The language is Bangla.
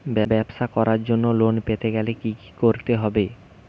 ব্যবসা করার জন্য লোন পেতে গেলে কি কি করতে হবে?